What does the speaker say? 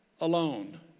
alone